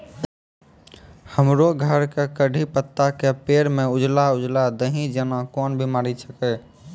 हमरो घर के कढ़ी पत्ता के पेड़ म उजला उजला दही जेना कोन बिमारी छेकै?